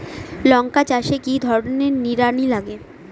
লঙ্কা চাষে কি ধরনের নিড়ানি লাগে?